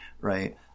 right